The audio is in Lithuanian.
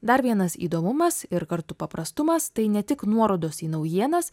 dar vienas įdomumas ir kartu paprastumas tai ne tik nuorodos į naujienas